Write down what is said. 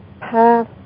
path